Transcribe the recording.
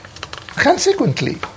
Consequently